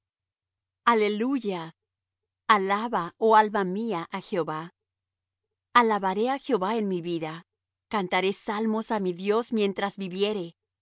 aleluya alaba oh alma mía á jehová alabaré á jehová en mi vida cantaré salmos á mi dios mientras viviere